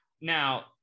Now